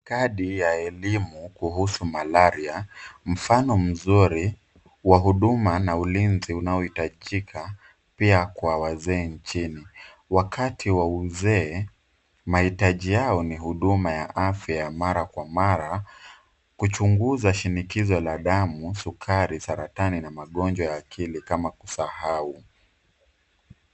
Kadi ya elimu kuhusu Malaria , mfano mzuri wa huduma na ulinzi unaohitajika pia kwa wazee nchini. Wakati wa uzee, mahitaji yao ni huduma ya afya mara kwa mara kuchunguza: shinikizo la damu, sukari, saratani na magonjwa ya akili kama kusahau.